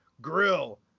grill